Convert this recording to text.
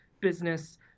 business